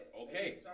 Okay